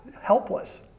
helpless